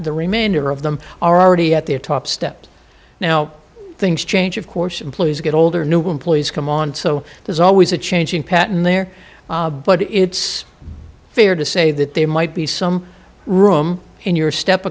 the remainder of them are already at the top step now things change of course employees get older new employees come on so there's always a changing pattern there but it's fair to say that there might be some room in your step